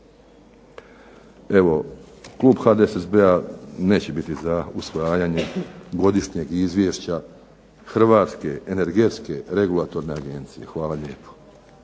Evo klub HDSSB-a neće biti za usvajanje godišnjeg izvješća Hrvatske energetske regulatorne agencije. Hvala lijepo.